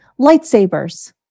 lightsabers